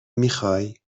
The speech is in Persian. میخوای